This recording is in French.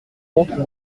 rauque